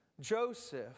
Joseph